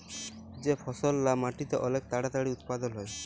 যে ফসললা মাটিতে অলেক তাড়াতাড়ি উৎপাদল হ্যয়